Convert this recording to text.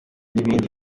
n’ibindi